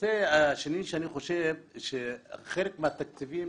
הנושא השני שאני חושב שחלק מהתקציבים